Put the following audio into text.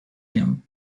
him